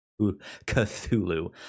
cthulhu